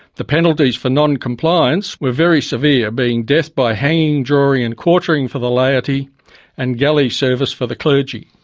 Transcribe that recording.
the penalties for non-compliance were very severe being death by hanging, drawing and quartering for the laity and galley service for the clergy.